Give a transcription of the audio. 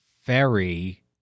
ferry